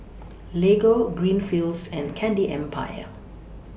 Lego Greenfields and Candy Empire